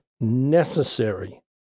necessary